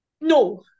No